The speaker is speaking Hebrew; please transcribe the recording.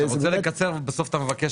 אתה רוצה לקצר ובסוף אתה מבקש